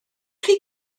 chi